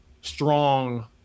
strong